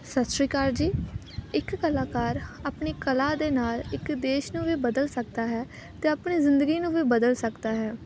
ਸਤਿ ਸ਼੍ਰੀ ਅਕਾਲ ਜੀ ਇੱਕ ਕਲਾਕਾਰ ਆਪਣੀ ਕਲਾ ਦੇ ਨਾਲ ਇੱਕ ਦੇਸ਼ ਨੂੰ ਵੀ ਬਦਲ ਸਕਦਾ ਹੈ ਅਤੇ ਆਪਣੀ ਜ਼ਿੰਦਗੀ ਨੂੰ ਵੀ ਬਦਲ ਸਕਦਾ ਹੈ